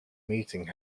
meeting